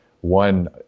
one